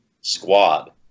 squad